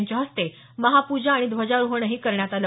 यांच्या हस्ते महापूजा आणि ध्वजारोहणही करण्यात आलं